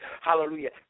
Hallelujah